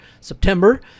September